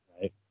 right